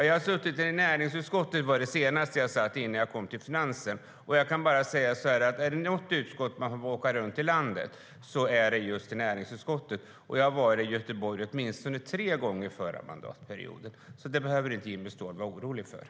Jag satt i näringsutskottet innan jag kom till finansen, och jag kan säga följande: Är det med något utskott man får åka runt i landet är det med näringsutskottet. Jag var i Göteborg åtminstone tre gånger under förra mandatperioden. Det behöver Jimmy Ståhl alltså inte vara orolig för.